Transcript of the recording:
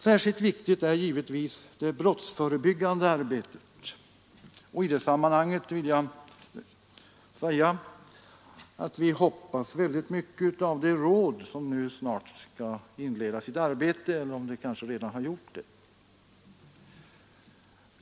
Särskilt viktigt är givetvis det brottsförebyggande arbetet, och i det sammanhanget vill jag säga att vi hoppas mycket på det råd, som snart skall inleda sitt arbete — kanske har så redan skett.